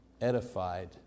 edified